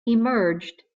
emerged